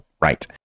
Right